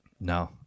No